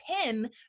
pin